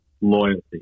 loyalty